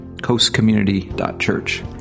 coastcommunity.church